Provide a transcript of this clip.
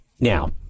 Now